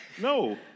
No